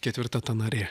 ketvirta ta narė